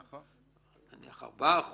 נניח 4%,